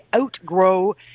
outgrow